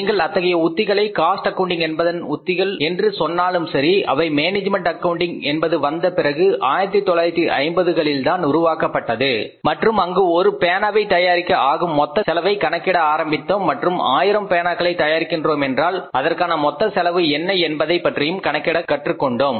நீங்கள் அத்தகைய உத்திகளை காஸ்ட் ஆக்கவுண்டிங் என்பதன் உத்திகள் என்று சொன்னாலும் சரி அவை மேனேஜ்மென்ட் ஆக்கவுண்டிங் என்பது வந்த பிறகு 1950களில்தான் உருவாக்கப்பட்டது மற்றும் அங்கு ஒரு பேனாவை தயாரிக்க ஆகும் மொத்த செலவை கணக்கிட ஆரம்பித்தோம் மற்றும் ஆயிரம் பேனாக்களை தயாரிக்கிறோமென்றால் அதற்கான மொத்த செலவு என்ன என்பதைப் பற்றியும் கணக்கிட கற்றுக்கொண்டோம்